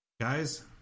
Guys